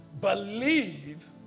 believe